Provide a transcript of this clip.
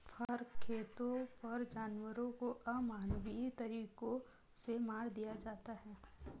फर खेतों पर जानवरों को अमानवीय तरीकों से मार दिया जाता है